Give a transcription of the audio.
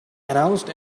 announced